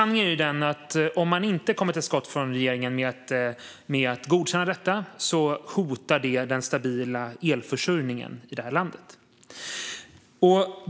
Sanningen är ju den att om regeringen inte kommer till skott med att godkänna detta hotas den stabila elförsörjningen i landet.